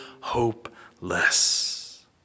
hopeless